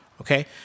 Okay